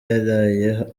yaraye